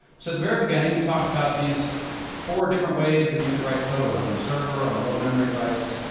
so at the very beginning we talked about these four different ways that you could write code on a server, on a low memory device,